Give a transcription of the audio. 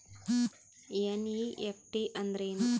NEFT ಅಂದ್ರೆನು?